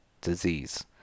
disease